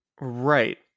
Right